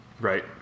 Right